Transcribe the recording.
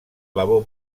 labor